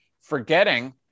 forgetting